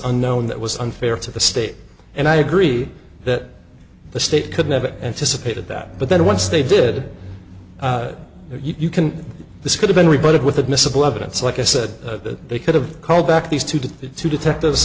unknown that was unfair to the state and i agree that the state could never anticipated that but then once they did you can this could have been rebutted with admissible evidence like i said that they could have called back these two to the two detect